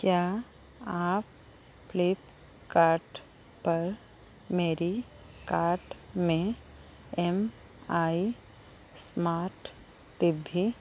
क्या आप फ्लिपकार्ट पर मेरी कार्ट में एम आई स्मार्ट टी भे